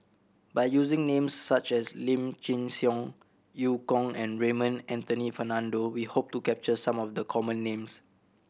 by using names such as Lim Chin Siong Eu Kong and Raymond Anthony Fernando we hope to capture some of the common names